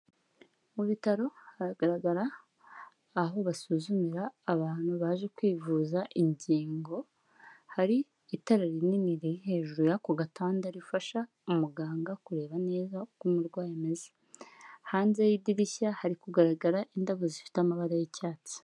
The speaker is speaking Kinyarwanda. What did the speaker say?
Mu bitaro haragaragara aho basuzumira abantu baje kwivuza ingingo, hari itara rinini riri hejuru y'ako gatanda rifasha umuganga kureba neza uko umurwayi ameze, hanze y'idirishya hari kugaragara indabo zifite amabara y'icyatsi.